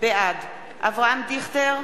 בעד אברהם דיכטר,